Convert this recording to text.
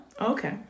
Okay